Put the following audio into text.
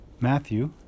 Matthew